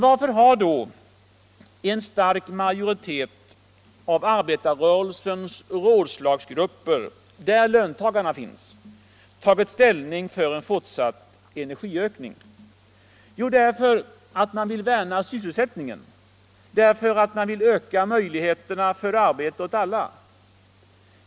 Varför har en stark majoritet av arbetarrörelsens rådslagsgrupper — där löntagarna finns — tagit ställning för en fortsatt energiökning? Jo, därför att man vill värna om sysselsättningen, därför att man vill öka möjligheterna för arbete åt alla.